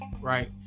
right